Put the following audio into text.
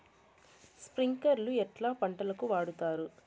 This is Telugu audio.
స్ప్రింక్లర్లు ఎట్లా పంటలకు వాడుతారు?